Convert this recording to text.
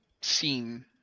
scene